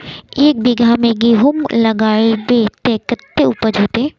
एक बिगहा में गेहूम लगाइबे ते कते उपज होते?